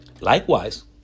Likewise